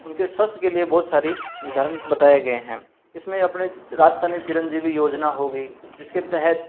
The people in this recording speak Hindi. उनके स्वस्थ के लिए बहुत सारी निर्धारण बताए गए हैं इसमें आपने राजस्थानी चिरंजीवी योजना हो गई जिसके तहत जो